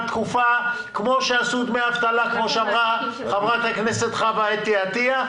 כפי שאמרה חברת הכנסת חוה אתי עטייה,